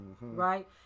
right